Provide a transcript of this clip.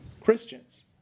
Christians